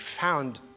found